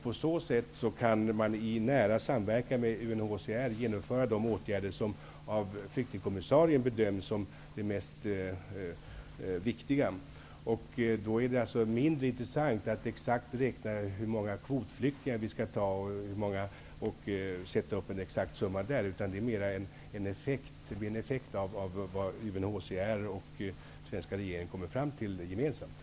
På så sätt kan man i nära samverkan med UNHCR genomföra de åtgärder som av flyktingkommissarien bedöms vara de mest viktiga. Då är det mindre intressant att sätta en exakt summa för hur många kvotflyktingar som skall tas emot, utan det blir en effekt av vad UNHCR och den svenska regeringen gemensamt kommer fram till.